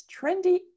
trendy